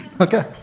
Okay